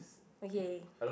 okay